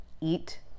eat